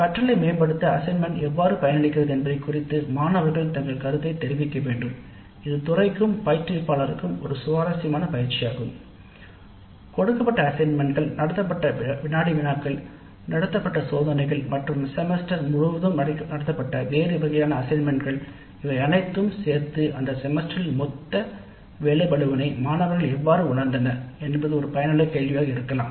உபயோகமான பயிற்சி ஆகும் மொத்த பணிகளின் எண்ணிக்கை என்ற பொருளில் செமஸ்டரில் பொதுவான வேலை சுமை கொடுக்கப்பட்ட வினாடி வினாக்கள் நடத்தப்பட்ட சோதனைகள் மற்றும் வேறு எந்த வகையான மதிப்பீடு செமஸ்டர் முழுவதும் மேற்கொள்ளப்பட்டது ஒன்றாக எடுத்துக் கொள்ளப்பட்டால் மாணவர் அதைப் பற்றி எப்படி உணருகிறார் பணிச்சுமை அதுவும் ஒரு பயனுள்ள கேள்வியாக இருக்கலாம்